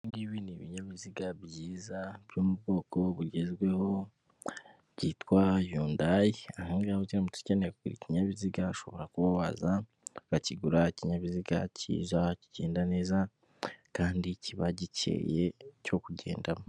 Ibi ngibi ni binyabiziga byiza byo mu bwoko bugezweho, byitwa yundayi, aha ngaha uramutse ukeneye kugura ikinyabiziga, ushobora kuba waza ukakigura, ikinyabiziga kiza kigenda neza kandi kiba gikeye cyo kugendamo.